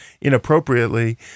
inappropriately